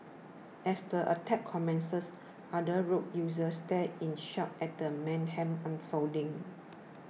as the attack commences other road users stared in shock at the mayhem unfolding